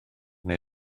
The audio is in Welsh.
neu